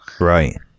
Right